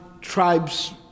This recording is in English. tribe's